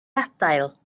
adael